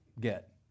get